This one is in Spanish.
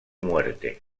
muerte